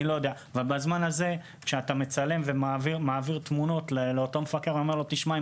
בזמן הזה כשאתה מצלם ומעביר תמונות למפקח אתה אומר לו: אם